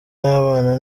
y’abana